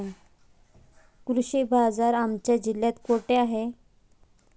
कृषी बाजार आमच्या जिल्ह्यात कुठे आहे?